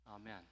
Amen